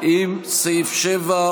עם סעיף 7,